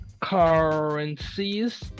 currencies